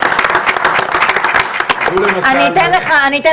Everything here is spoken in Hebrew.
ולא משנה כרגע אם היא אולימפית או לא אולימפית,